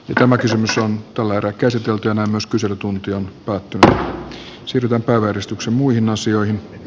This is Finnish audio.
tämä kysymys on tällä erää käsiteltynä myös toimi johon me lähdemme heti